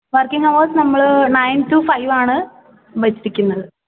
working hours നമ്മൾ nine to five ആണ് വെച്ചിരിക്കുന്നത്